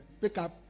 pickup